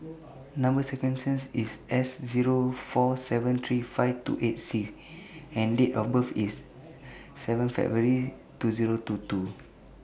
Number sequences IS S Zero four seven three five two eight C and Date of birth IS seven February two Zero two two